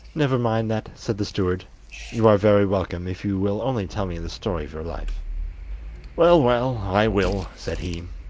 never mind that said the steward you are very welcome if you will only tell me the story of your life well, well, i will said he,